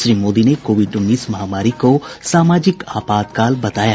श्री मोदी ने कोविड उन्नीस महामारी को सामाजिक आपातकाल बताया